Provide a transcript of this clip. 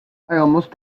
almost